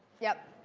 yep.